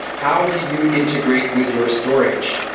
how do you integrate with your storage?